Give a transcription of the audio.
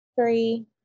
three